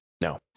No